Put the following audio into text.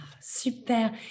Super